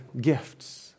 gifts